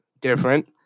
different